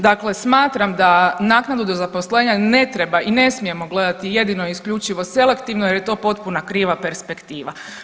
Dakle, smatram da naknadu do zaposlenja ne treba i ne smijemo gledati jedino i isključivo selektivno jer je to potpuna kriva perspektiva.